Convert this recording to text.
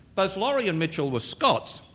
both laurie and mitchell were scots,